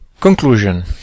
Conclusion